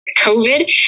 covid